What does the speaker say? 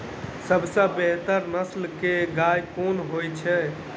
सबसँ बेहतर नस्ल केँ गाय केँ होइ छै?